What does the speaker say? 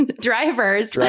drivers